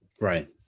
Right